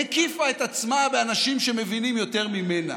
הקיפה את עצמה באנשים שמבינים יותר ממנה.